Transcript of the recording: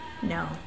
No